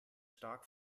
stark